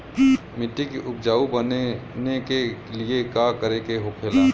मिट्टी के उपजाऊ बनाने के लिए का करके होखेला?